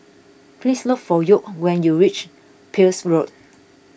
please look for York when you reach Peirce Road